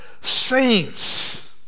saints